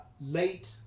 Late